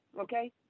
okay